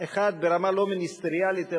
ברמה לא מיניסטריאלית,